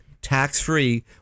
tax-free